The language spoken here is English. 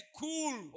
cool